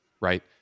right